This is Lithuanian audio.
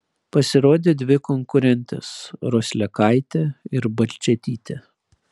pasirodė dvi konkurentės roslekaitė ir balčėtytė